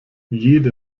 jede